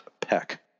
Peck